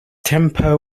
temper